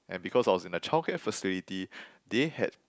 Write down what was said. and because I was in a childcare facility they had